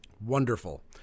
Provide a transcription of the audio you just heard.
Wonderful